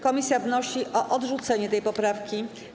Komisja wnosi o odrzucenie tej poprawki.